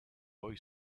boy